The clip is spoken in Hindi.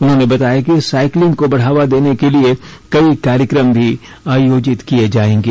उन्होंने बताया कि साइकिलिंग को बढ़ावा देने के लिए कई कार्यक्रम भी आयोजित किए जाएंगे